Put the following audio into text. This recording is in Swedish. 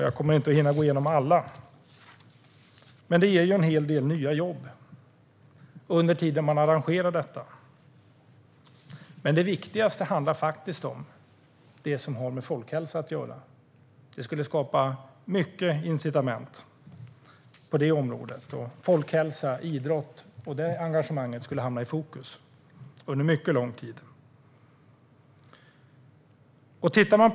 Jag kommer inte att hinna gå igenom alla, men det här skulle ge en hel del nya jobb under tiden som man arrangerar detta. Det viktigaste handlar dock faktiskt om det som har med folkhälsa att göra. Det skulle skapa många incitament på det området. Folkhälsa och idrott och engagemanget kring detta skulle hamna i fokus under mycket lång tid.